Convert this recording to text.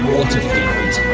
Waterfield